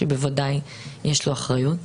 שיש לו אחריות,